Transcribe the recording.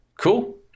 Cool